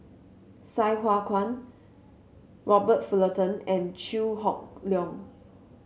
Sai Hua Kuan Robert Fullerton and Chew Hock Leong